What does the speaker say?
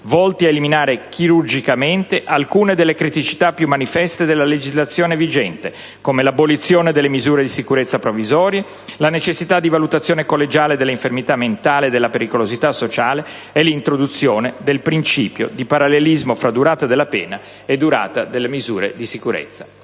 volti a eliminare chirurgicamente alcune delle criticità più manifeste della legislazione vigente (come l'abolizione delle misure di sicurezza provvisorie, l'introduzione della necessità di valutazione collegiale della infermità mentale e della pericolosità sociale e l'introduzione del principio di parallelismo fra durata della pena e durata della misura di sicurezza).